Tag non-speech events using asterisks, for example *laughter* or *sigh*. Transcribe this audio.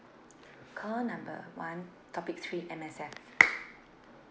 call number one topic three M_S_F *noise*